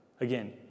Again